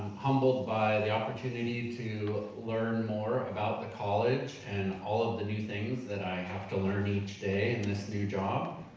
humbled by the opportunity to learn more about the college and all of the new things that i have to learn each day in this new job.